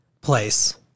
place